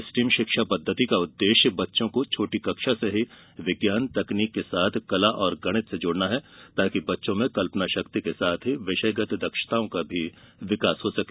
steam शिक्षा पद्धति का उद्देश्य बच्चों को छोटी कक्षा से ही विज्ञान और तकनीक के साथ कला और गणित से जोड़ना है ताकि बच्चों में कल्पना शक्ति के साथ ही विषयगत दक्षताओं का भी विकास हो सके